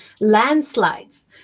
landslides